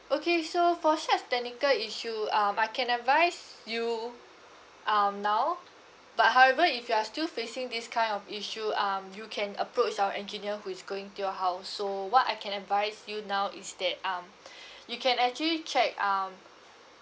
okay so for such technical issue um I can advise you um now but however if you are still facing this kind of issue um you can approach our engineer who is going to your house so what I can advise you now is that um you can actually check um